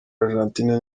argentine